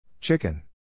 Chicken